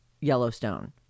Yellowstone